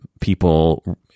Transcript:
People –